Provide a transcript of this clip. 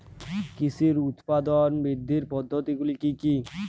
কৃষির উৎপাদন বৃদ্ধির পদ্ধতিগুলি কী কী?